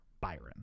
Byron